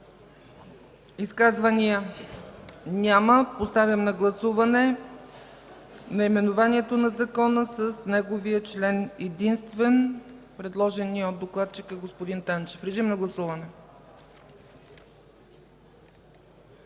Изказвания? Няма. Поставям на гласуване наименованието на Закона с неговия член единствен, предложени ни от докладчика господин Танчев. Гласували